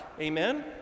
Amen